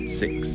six